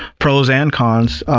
pros and cons.